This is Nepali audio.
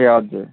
ए हजुर